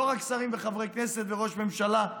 לא רק שרים וחברי כנסת וראש ממשלה,